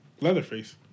Leatherface